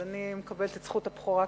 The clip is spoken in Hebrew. אז אני מקבלת את זכות הבכורה כרגע.